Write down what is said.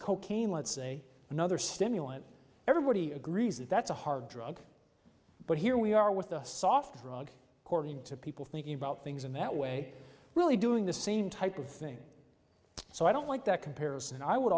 cocaine let's say another stimulant everybody agrees that that's a hard drug but here we are with the soft drug cording to people thinking about things in that way really doing the same type of thing so i don't like that comparison i would